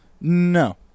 No